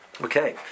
Okay